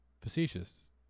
facetious